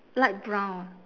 light brown